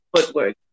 footwork